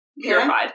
purified